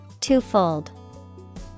Twofold